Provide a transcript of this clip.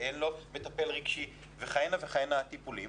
שאין לו מטפל רגשי ועוד כהנה וכהנה טיפולים